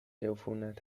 عفونت